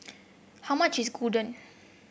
how much is Gyudon